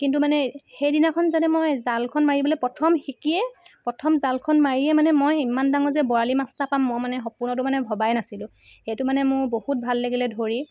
কিন্তু মানে সেইদিনাখন যাতে মই জালখন মাৰিবলৈ প্ৰথম শিকিয়ে প্ৰথম জালখন মাৰিয়ে মানে মই ইমান ডাঙৰ যে বৰালি মাছ এটা পাম মই মানে সপোনতো মানে ভবাই নাছিলো সেইটো মানে মোৰ বহুত ভাল লাগিলে ধৰি